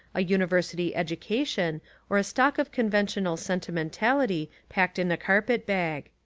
a university education or a stock of conventional sentimentality packed in a carpet bag.